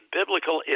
biblical